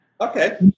okay